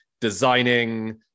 designing